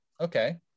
Okay